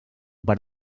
per